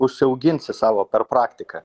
užsiauginsi savo per praktiką